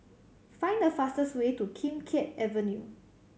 find the fastest way to Kim Keat Avenue